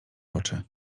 oczy